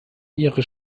ihre